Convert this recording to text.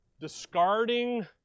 discarding